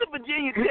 Virginia